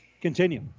continue